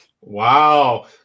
Wow